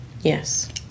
yes